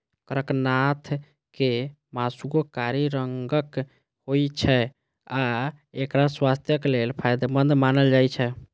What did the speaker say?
कड़कनाथ के मासुओ कारी रंगक होइ छै आ एकरा स्वास्थ्यक लेल फायदेमंद मानल जाइ छै